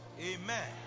Amen